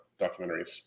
documentaries